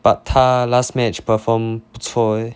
but 他 last match perform 不错 eh